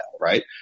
right